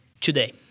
today